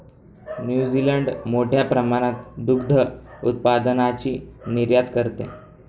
New Zealand मोठ्या प्रमाणात दुग्ध उत्पादनाची निर्यात करते